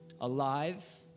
alive